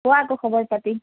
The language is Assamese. কোৱা আকৌ খবৰ পাতি